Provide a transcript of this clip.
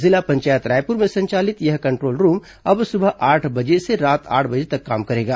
जिला पंचायत रायपुर में संचालित यह कंद्रोल रूम अब सुबह आठ बजे से रात आठ बजे तक काम करेगा